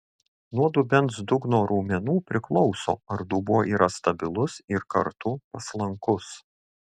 nuo dubens dugno raumenų priklauso ar dubuo yra stabilus ir kartu paslankus